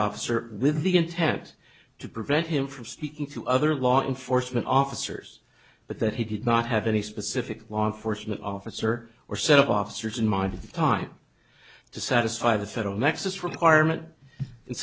officer with the intent to prevent him from speaking to other law enforcement officers but that he did not have any specific law enforcement officer or set of officers in mind time to satisfy the federal nexus requirement in